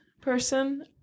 person